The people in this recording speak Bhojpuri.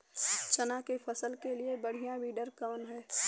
चना के फसल के लिए बढ़ियां विडर कवन ह?